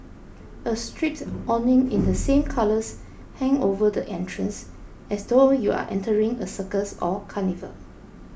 a striped awning in the same colours hang over the entrance as though you are entering a circus or carnival